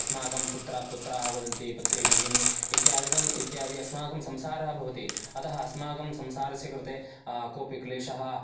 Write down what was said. अस्माकं पुत्रः पुत्राः वदन्ति पुत्री भगिनी इत्यादिकम् इत्यादयः अस्माकं संसारः भवति अतः अस्माकं संसारस्य कृते कोऽपि क्लेशः